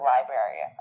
Library